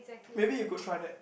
maybe you could try that